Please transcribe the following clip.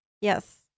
Yes